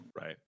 Right